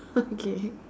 okay